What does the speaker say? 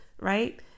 right